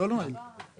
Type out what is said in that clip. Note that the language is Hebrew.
אין בעיה, אני מצטער.